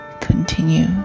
continue